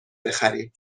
بخریم